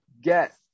get